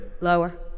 Lower